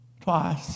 Twice